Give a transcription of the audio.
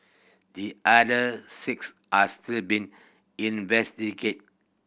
the other six are still being investigated